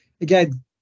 again